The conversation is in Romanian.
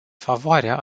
favoarea